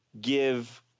give